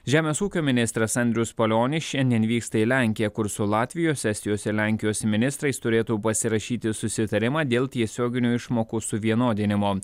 žemės ūkio ministras andrius palionis šiandien vyksta į lenkiją kur su latvijos estijos ir lenkijos ministrais turėtų pasirašyti susitarimą dėl tiesioginių išmokų suvienodinimo